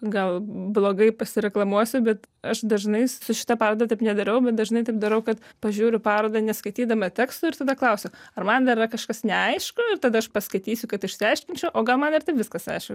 gal blogai pasireklamuosiu bet aš dažnai su šita paroda taip nedarau bet dažnai taip darau kad pažiūriu parodą neskaitydama teksto ir tada klausiu ar man yra kažkas neaišku ir tada aš paskaitysiu kad išsiaiškinčiau o gal man ir taip viskas aišku